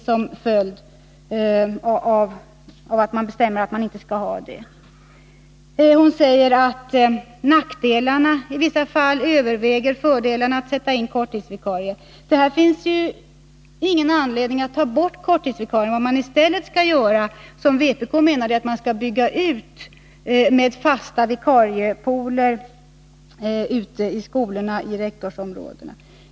Hon säger att nackdelarna med att sätta in korttidsvikarier i vissa fall överväger fördelarna. Det finns ju ingen anledning att ta bort korttidsvikarierna. Vad man i stället skall göra, som vpk menar, är att bygga ut fasta vikariepooler ute i skolorna och i rektorsområdena.